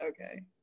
okay